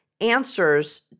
answers